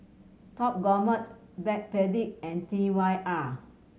Top Gourmet Backpedic and T Y R